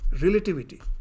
relativity